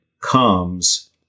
comes